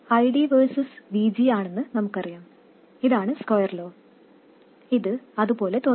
ID versus VG ആണെന്ന് നമുക്കറിയാം ഇതാണ് സ്ക്വെർ ലോ ഇത് അത് പോലെ തോന്നുന്നു